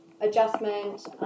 adjustment